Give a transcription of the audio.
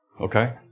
okay